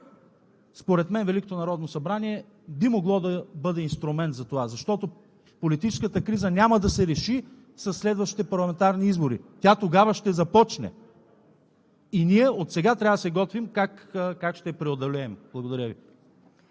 Според мен Великото народно събрание би могло да бъде инструмент за това, защото политическата криза няма да се реши със следващите парламентарни избори. Тя тогава ще започне и ние отсега трябва да се готвим как ще я преодолеем. Благодаря Ви.